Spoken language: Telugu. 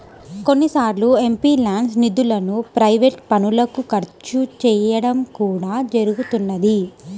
కొన్నిసార్లు ఎంపీల్యాడ్స్ నిధులను ప్రైవేట్ పనులకు ఖర్చు చేయడం కూడా జరుగుతున్నది